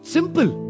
Simple